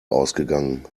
ausgegangen